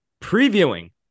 previewing